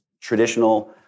traditional